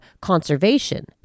conservation